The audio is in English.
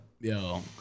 Yo